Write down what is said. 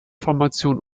formation